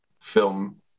film